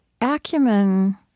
Acumen